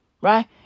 Right